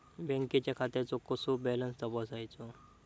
बँकेच्या खात्याचो कसो बॅलन्स तपासायचो?